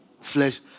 Flesh